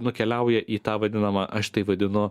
nukeliauja į tą vadinamą aš tai vadinu